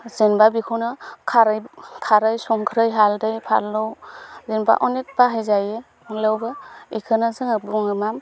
जेनेबा बेखौनो खारै खारै संख्रै हालदै फानलु जेनेबा अनेख बाहायजायो अनलायावबो बेखौनो जोङो बुङो मा